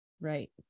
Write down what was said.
Right